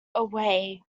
away